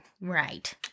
Right